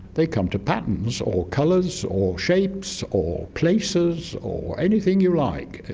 they come to patterns or colours or shapes or places or anything you like.